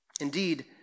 Indeed